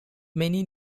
many